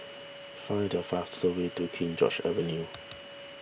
find the fastest way to King George's Avenue